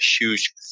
huge